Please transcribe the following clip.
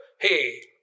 hey